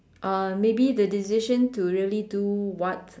uh maybe the decision to really do what